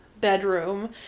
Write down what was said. bedroom